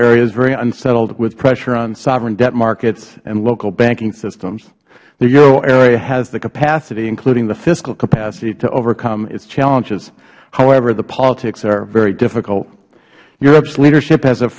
area is very unsettled with pressure on sovereign debt markets and local banking systems the euro area has the capacity including the fiscal capacity to overcome its challenges however the politics are very difficult europe's leadership has a